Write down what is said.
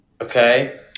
Okay